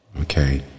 Okay